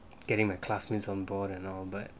getting my classmates on board and all but